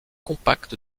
compact